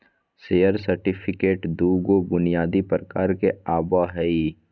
share certificate दू गो बुनियादी प्रकार में आवय हइ